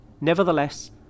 Nevertheless